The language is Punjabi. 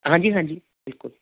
ਹਾਂਜੀ ਹਾਂਜੀ ਬਿਲਕੁਲ